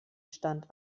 stand